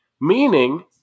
Meaning